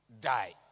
die